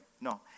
No